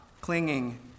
clinging